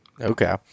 Okay